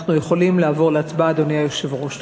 אנחנו יכולים לעבור להצבעה, אדוני היושב-ראש.